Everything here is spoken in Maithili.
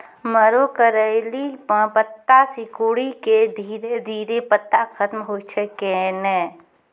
मरो करैली म पत्ता सिकुड़ी के धीरे धीरे पत्ता खत्म होय छै कैनै?